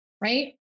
Right